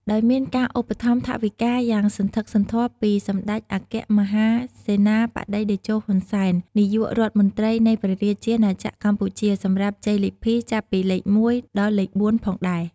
ដោយមានការឧបត្ថម្ភថវិកាយ៉ាងសន្ធឹកសន្ធាប់ពីសម្តេចអគ្គមហាសេនាបតីតេជោ ហ៊ុន សែន នាយករដ្ឋមន្ត្រីនៃព្រះរាជាណាចក្រកម្ពុជា សម្រាប់ជ័យលាភីចាប់ពីលេខ១ ដល់លេខ៤ផងដែរ។